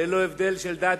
ללא הבדל של דת,